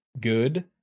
good